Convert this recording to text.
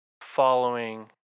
following